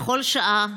בכל שעה,